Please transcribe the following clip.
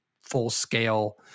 full-scale